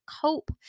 cope